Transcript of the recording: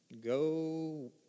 go